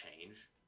change